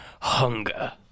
Hunger